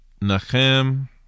Nachem